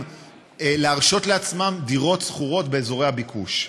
להרשות לעצמם דירות שכורות באזורי הביקוש.